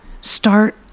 start